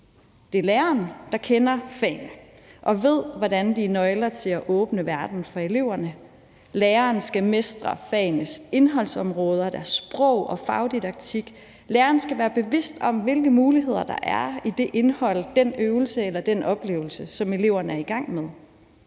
Det er læreren, der kender fagene og ved, hvordan de er nøgler til at åbne verden for eleverne. Læreren skal mestre fagenes indholdsområder, deres sprog og fagdidaktik. Læreren skal være bevidst om, hvilke muligheder der er i det indhold, den øvelse eller den oplevelse, som eleverne er i gang med.